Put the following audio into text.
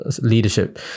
leadership